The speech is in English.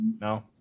No